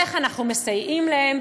איך אנחנו מסייעים להם.